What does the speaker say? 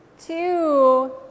Two